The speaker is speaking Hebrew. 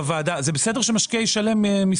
מתוך שוק שכירות שלם,